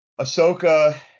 Ahsoka